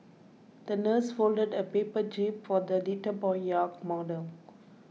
the nurse folded a paper jib for the little boy's yacht model